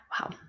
Wow